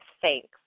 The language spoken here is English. thanks